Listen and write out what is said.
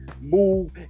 move